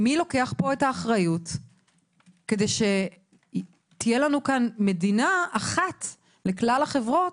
מי לוקח פה את האחריות כדי שתהיה לנו כאן מדינה אחת לכלל החברות,